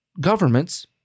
governments